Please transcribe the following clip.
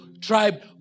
tribe